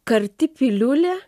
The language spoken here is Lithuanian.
karti piliulė